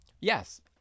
Yes